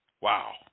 Wow